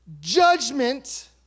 Judgment